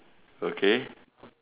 okay